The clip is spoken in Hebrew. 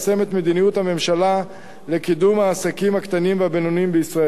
את מדיניות הממשלה לקידום העסקים הקטנים והבינוניים בישראל.